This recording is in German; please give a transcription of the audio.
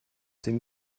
dem